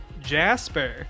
Jasper